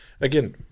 again